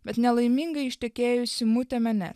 bet nelaimingai ištekėjusi mutėmene